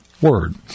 word